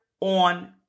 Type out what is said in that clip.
on